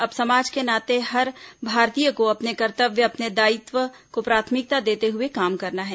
अब समाज के नाते हर भारतीय को अपने कर्तव्य अपने दायित्व को प्राथमिकता देते हुए काम करना है